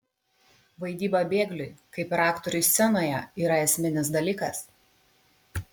vaidyba bėgliui kaip ir aktoriui scenoje yra esminis dalykas